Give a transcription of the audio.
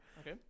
Okay